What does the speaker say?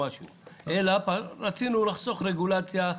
אלא רצינו לחסוך רגולציה,